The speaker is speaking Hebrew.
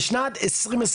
בשנת 2021